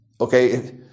okay